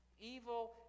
Evil